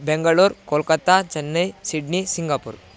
Bengaluru Kolkata Chennai Sydney Singapore